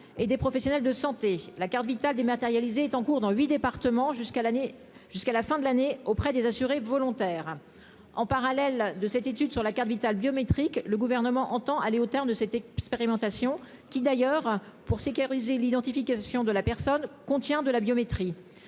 et des professionnels de santé, la carte vitale dématérialisée est en cours dans 8 départements jusqu'à l'année jusqu'à la fin de l'année auprès des assurés volontaires en parallèle de cette étude sur la carte Vitale biométrique, le gouvernement entend aller au terme de cette expérimentation, qui d'ailleurs pour sécuriser l'identification de la personne contient de la biométrie